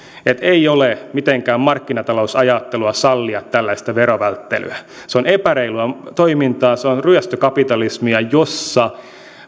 ei ole mitenkään markkinatalousajattelua sallia tällaista verovälttelyä se on epäreilua toimintaa se on ryöstökapitalismia jossa